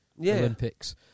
Olympics